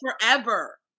forever